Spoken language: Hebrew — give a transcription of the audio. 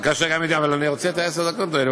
אני רוצה את עשר הדקות האלה,